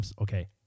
okay